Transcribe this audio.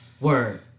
word